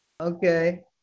Okay